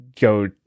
go